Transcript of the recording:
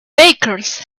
bakers